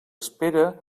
espera